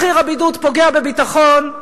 מחיר הבידוד פוגע בביטחון,